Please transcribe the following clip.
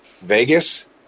Vegas